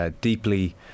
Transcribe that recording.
deeply